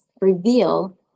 reveal